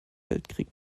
weltkrieg